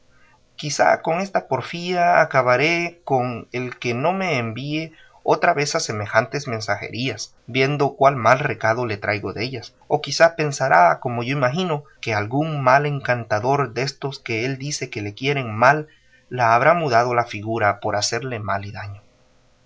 quizá con esta porfía acabaré con él que no me envíe otra vez a semejantes mensajerías viendo cuán mal recado le traigo dellas o quizá pensará como yo imagino que algún mal encantador de estos que él dice que le quieren mal la habrá mudado la figura por hacerle mal y daño